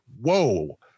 whoa